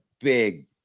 big